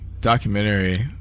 documentary